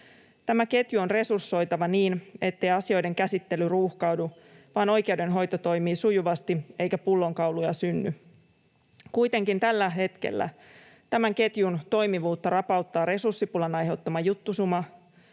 Tämä ketju on resursoitava niin, ettei asioiden käsittely ruuhkaudu vaan oikeudenhoito toimii sujuvasti eikä pullonkauloja synny. Kuitenkin tällä hetkellä tämän ketjun toimivuutta rapauttaa resurssipulan aiheuttama juttusuma.